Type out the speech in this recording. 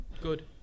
Good